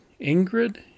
Ingrid